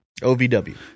OVW